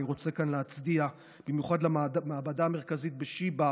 אני רוצה כאן להצדיע במיוחד למעבדה המרכזית בשיבא.